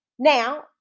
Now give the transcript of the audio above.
Now